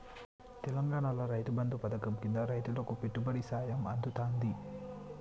తెలంగాణాల రైతు బంధు పథకం కింద రైతులకు పెట్టుబడి సాయం అందుతాంది